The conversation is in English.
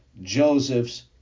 Joseph's